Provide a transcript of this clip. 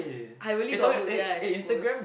I really got mood then I post